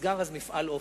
נסגר אז מפעל "אופ-אר".